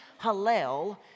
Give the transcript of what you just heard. Hallel